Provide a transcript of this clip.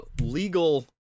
legal